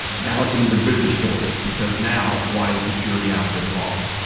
now it's an even bigger story because now, why is the jury out this long?